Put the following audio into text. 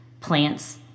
plants